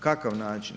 Kakav način?